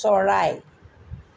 চৰাই